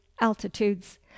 altitudes